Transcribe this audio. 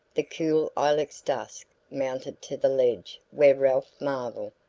the cool ilex-dusk mounted to the ledge where ralph marvell,